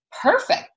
perfect